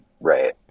Right